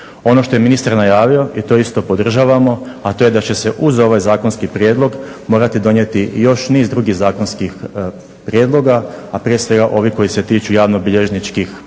Ono što je ministar najavio i to isto podržavamo, a to je da će se uz ovaj zakonski prijedlog morati donijeti još niz drugih zakonskih prijedloga, a prije svega ovi koji se tiču javnobilježničkih pristojbi,